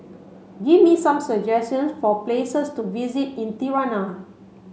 give me some suggestions for places to visit in Tirana